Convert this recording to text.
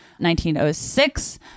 1906